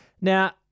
Now